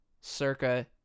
circa